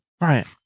Right